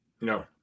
No